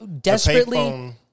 desperately